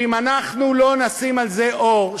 שאם אנחנו לא נשים על זה אור,